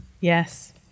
Yes